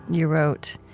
you wrote,